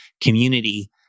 community